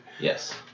Yes